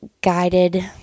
guided